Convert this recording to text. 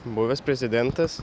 buvęs prezidentas